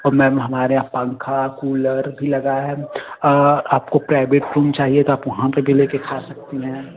और मैम हमारे यहाँ पंखा कूलर भी लगा है आपको प्राइभेट चाहिए त आप वहाँ पर भी ले कर खा सकती हैं